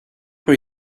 were